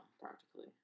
practically